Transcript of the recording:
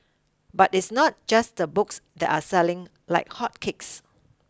but it's not just the books that are selling like hotcakes